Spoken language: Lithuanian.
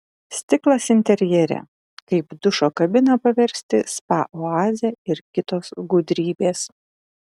stiklas interjere kaip dušo kabiną paversti spa oaze ir kitos gudrybės